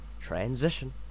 Transition